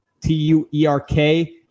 T-U-E-R-K